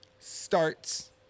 Starts